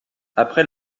après